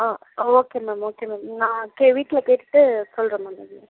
okay ma'am okay ma'am நான் வீட்டில் கேட்டுவிட்டு சொல்கிறேன் மேம்